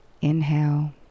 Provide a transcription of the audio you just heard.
inhale